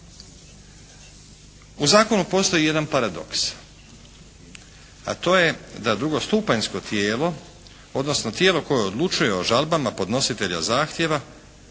U zakonu postoji jedan paradoks. A to je da drugostupanjsko tijelo odnosno tijelo koje odlučuje o žalbama podnositelja zahtjeva